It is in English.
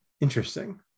Interesting